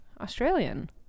Australian